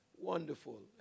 Wonderful